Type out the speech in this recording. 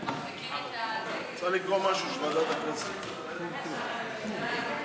ההצעה להעביר את הצעת חוק סדר הדין הפלילי (תיקון מס' 85) (עררים),